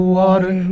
water